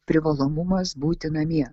privalomumas būti namie